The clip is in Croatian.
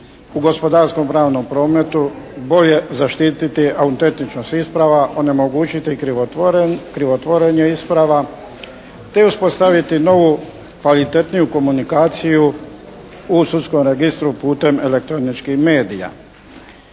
se ne razumije./… prometu, bolje zaštititi autentičnost isprava, onemogućiti krivotvorenje isprava te uspostaviti novu kvalitetniju komunikaciju u sudskom registru putem elektroničkih medija